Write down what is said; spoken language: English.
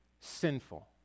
sinful